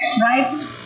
right